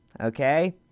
okay